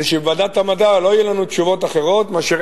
מפני שבוועדת המדע לא יהיו לנו תשובות אחרות מאשר